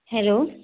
hello